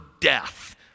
death